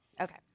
okay